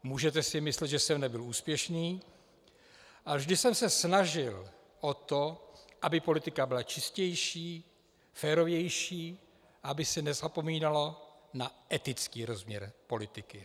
Můžete si myslet, že jsem nebyl úspěšný, ale vždy jsem se snažil o to, aby politika byla čistější, férovější, aby se nezapomínalo na etický rozměr politiky.